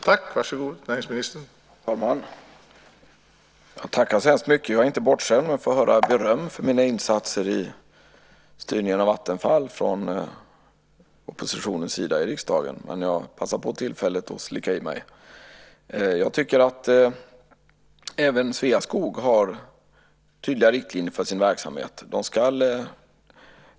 Herr talman! Jag tackar så hemskt mycket. Jag är inte bortskämd med att få höra beröm för mina insatser när det gäller styrningen av Vattenfall från oppositionens sida i riksdagen. Jag passar på tillfället att slicka i mig. Jag tycker att även Sveaskog har tydliga riktlinjer för sin verksamhet.